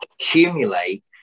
accumulate